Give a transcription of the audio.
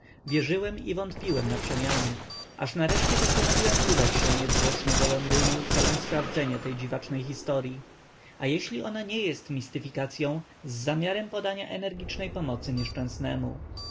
wierzyłem i wątpiłem naprzemiany aż nareszcie postanowiłem udać się niezwłocznie do londynu celem sprawdzenia tej dziwacznej historyi a jeśli ona nie jest mistyfikacyą z zamiarem podania energicznej pomocy nieszczęsnemu